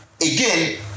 again